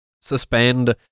suspend